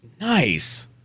Nice